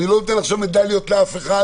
אני לא אתן מדליות לאף אחד